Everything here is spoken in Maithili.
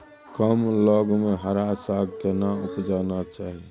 कम लग में हरा साग केना उपजाना चाही?